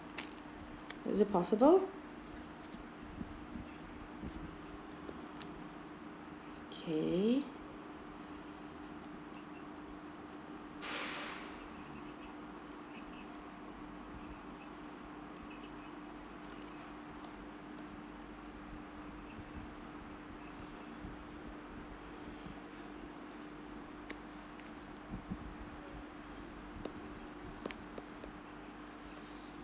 is it possible okay